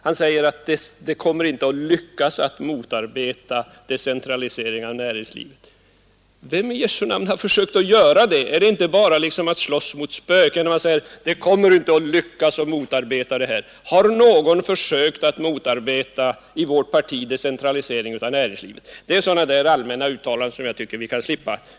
Han säger att det inte kommer att lyckas någon att motarbeta en decentralisering av näringslivet. Vem har försökt att göra det? När herr Antonsson säger det slåss han bara mot spöken. Har någon i vårt parti försökt att motarbeta en decentralisering av näringslivet? Det är sådana där allmänna uttalanden som jag tycker att vi kan slippa.